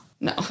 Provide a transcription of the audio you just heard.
No